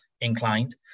inclined